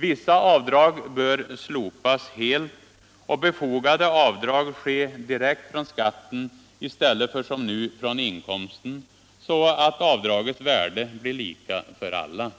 Vissa avdrag bör slopas helt och befogade avdrag ske direkt från skatten, i stället för som nu från inkomsten, så att avdragets värde blir lika för alla.